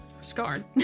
scarred